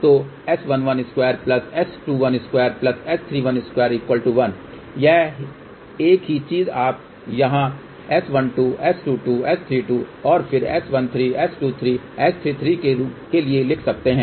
तो S112 S212 S312 1 एक ही चीज़ आप इसे यहाँ S12 S22 S32 और फिर S13 S23 S33 के लिए लिख सकते हैं